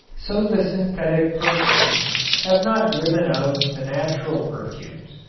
so the synthetic perfumes have not driven out the natural perfumes,